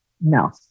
No